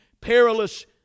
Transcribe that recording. perilous